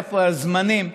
ואיפה הזמנים,